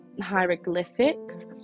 hieroglyphics